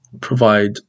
provide